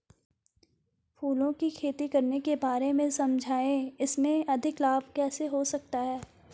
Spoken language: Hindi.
फूलों की खेती करने के बारे में समझाइये इसमें अधिक लाभ कैसे हो सकता है?